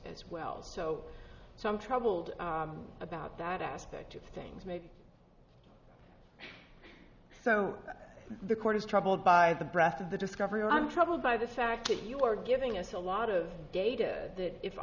as well so some troubled about that aspect of things maybe so the court is troubled by the breath of the discovery and i'm troubled by the fact that you are giving us a lot of data that if